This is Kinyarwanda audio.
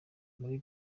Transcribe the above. muri